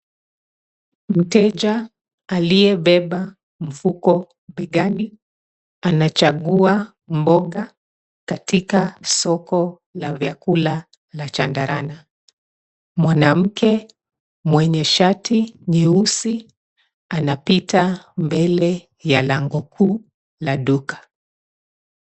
Mteja aliyebeba mfuko begani anachagua mboga katika soko la vyakula la Chandarana. Mwanamke mwenye shati nyeusi anapita mbele ya lango kuu la duka.